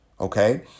Okay